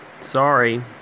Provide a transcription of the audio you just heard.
Sorry